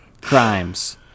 crimes